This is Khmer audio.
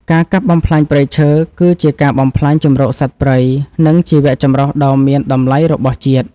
ការកាប់បំផ្លាញព្រៃឈើគឺជាការបំផ្លាញជម្រកសត្វព្រៃ និងជីវៈចម្រុះដ៏មានតម្លៃរបស់ជាតិ។